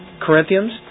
Corinthians